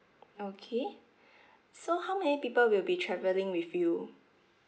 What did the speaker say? okay so how many people will be travelling with you